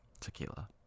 Tequila